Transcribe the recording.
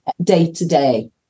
day-to-day